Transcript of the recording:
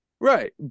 Right